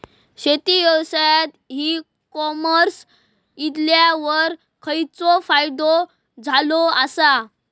शेती व्यवसायात e commerce इल्यावर खयचो फायदो झालो आसा?